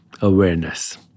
awareness